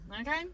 Okay